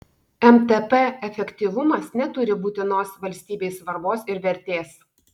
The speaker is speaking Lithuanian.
mtp efektyvumas neturi būtinos valstybei svarbos ir vertės